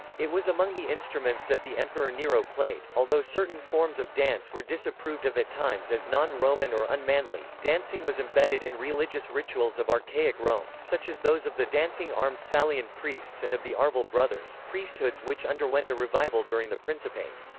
it was among the instruments that the emperor nero played although certain forms of dance were disapproved of at times as non-roman or unmanly, dancing was embedded in religious rituals of archaic rome, such as those of the dancing armed salian priests and of the arval brothers, priesthoods which underwent a revival during the principate.